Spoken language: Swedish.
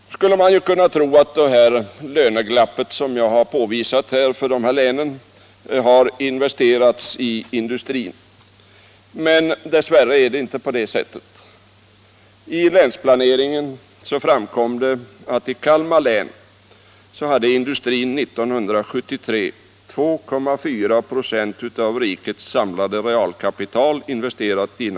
Nu skulle man kunna tro att det löneglapp som jag har påvisat för dessa län har resulterat i att mer pengar investerats i industrin, men dess värre är det inte så. I länsplaneringen framkom att i Kalmar län hade industrin 1973 investerat 2,4 96 av rikets samlade realkapital.